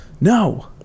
no